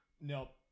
Nope